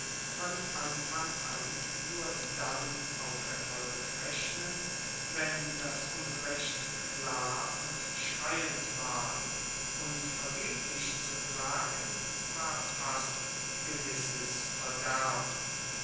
von anfang an nur dann auf erfolg rechnen wenn das unrecht klar und schreiend war und vergeblich zu klagen war fast gewisses verderben